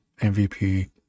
MVP